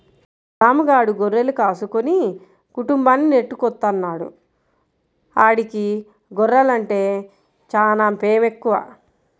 రాము గాడు గొర్రెలు కాసుకుని కుటుంబాన్ని నెట్టుకొత్తన్నాడు, ఆడికి గొర్రెలంటే చానా పేమెక్కువ